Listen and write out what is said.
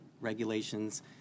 regulations